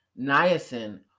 niacin